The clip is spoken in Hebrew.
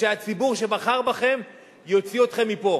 ושהציבור שבחר בכם יוציא אתכם מפה,